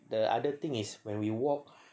the other thing is when we walk